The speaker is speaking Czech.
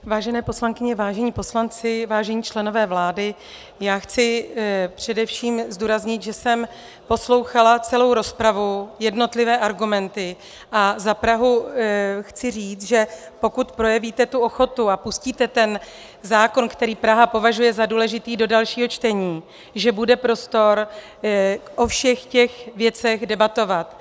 Vážené poslankyně, vážení poslanci, vážení členové vlády, já chci především zdůraznit, že jsem poslouchala celou rozpravu, jednotlivé argumenty, a za Prahu chci říct, že pokud projevíte tu ochotu a pustíte ten zákon, který Praha považuje za důležitý, do dalšího čtení, že bude prostor o všech těch věcech debatovat.